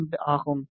575 ஆகும்